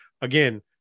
again